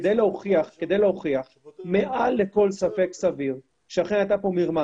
כדי להוכיח מעל לכל ספק סביר שאכן הייתה כאן מרמה,